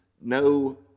no